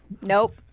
Nope